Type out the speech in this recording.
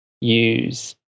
use